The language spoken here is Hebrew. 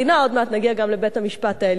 עוד מעט נגיע גם לבית-המשפט העליון,